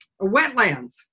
wetlands